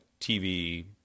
TV